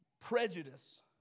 prejudice